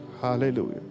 Hallelujah